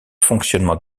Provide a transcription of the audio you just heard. fonctionnement